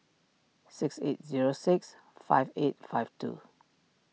six eight zero six five eight five two